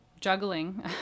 juggling